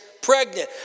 pregnant